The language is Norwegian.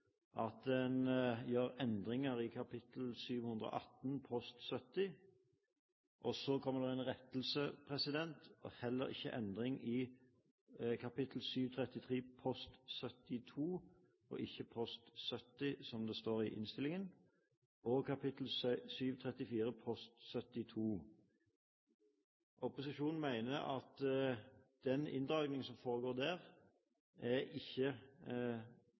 at en gjør endringer i kap. 718 post 70, og støtter heller ikke endring i kap. 733 post 72 – og her kommer en rettelse: post 72, ikke post 70, som det står i innstillingen – og i kap. 734 post 72. Opposisjonen mener at den inndragning som foregår her, ikke er